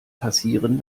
passieren